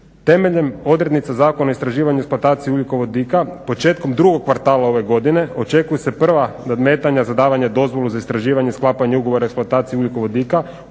Temeljem odrednica Zakona o istraživanju i eksploataciji ugljikovodika početkom drugog kvartala ove godine očekuju se prva nadmetanja za davanje dozvole za istraživanje, sklapanje ugovora, eksploataciju ugljikovodika